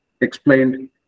explained